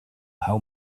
how